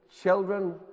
children